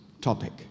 topic